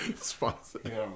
Sponsored